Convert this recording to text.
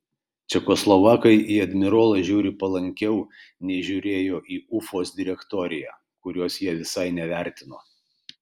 čekoslovakai į admirolą žiūri palankiau nei žiūrėjo į ufos direktoriją kurios jie visai nevertino